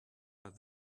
but